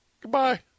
goodbye